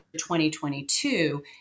2022